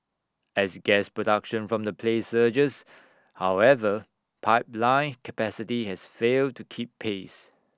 as gas production from the play surges however pipeline capacity has failed to keep pace